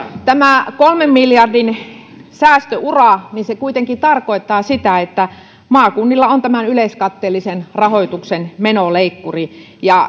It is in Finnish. kolmen miljardin säästöura kuitenkin tarkoittaa sitä että maakunnilla on yleiskatteellisen rahoituksen menoleikkuri ja